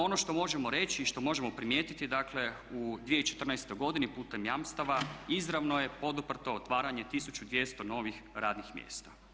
Ono što možemo reći i što možemo primijetiti dakle u 2014.godini putem jamstava izravno je poduprto otvaranje 1200 novih radnih mjesta.